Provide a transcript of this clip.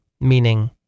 meaning